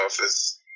office